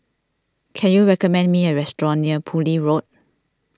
can you recommend me a restaurant near Poole Road